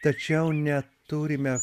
tačiau neturime